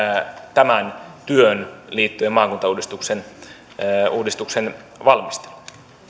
työn liittyen maakuntauudistuksen valmisteluun